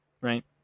right